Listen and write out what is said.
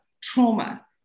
trauma